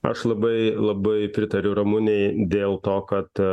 aš labai labai pritariu ramunei dėl to kad